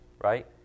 right